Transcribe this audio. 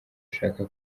ashaka